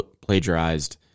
plagiarized